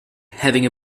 having